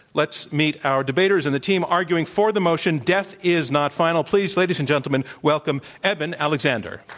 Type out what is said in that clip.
let's meet our debaters and the team arguing for the motion, death is not final, please, ladies and gentlemen, welcome eben alexander.